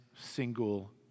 single